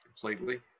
completely